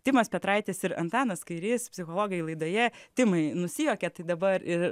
timas petraitis ir antanas kairys psichologai laidoje timai nusijuokėt tai dabar ir